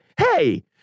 hey